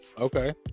Okay